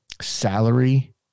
salary